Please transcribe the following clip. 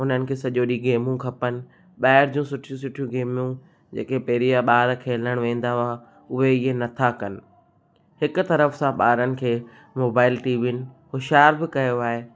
उन्हनि खे सॼो ॾींहुं गेमूं खपनि ॿाहिरि जो सुठियूं सुठियूं गेमियूं जेके पहिरीं जा ॿार खेलण वेंदा हुआ उहे इहे नथा कनि हिकु तरफ़ सां ॿारनि खे मोबाइल टीवियुनि होशियारु बि कयो आहे